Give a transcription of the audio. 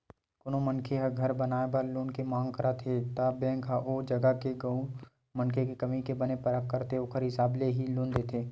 कोनो मनखे ह घर बनाए बर लोन के मांग करत हे त बेंक ह ओ जगा के अउ मनखे के कमई के बने परख करथे ओखर हिसाब ले ही लोन देथे